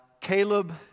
Caleb